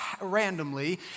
randomly